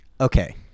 okay